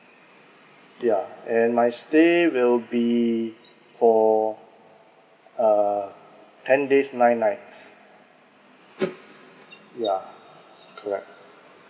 yeah and my stay will be for uh ten days nine nights yeah correct